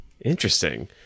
Interesting